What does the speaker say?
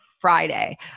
Friday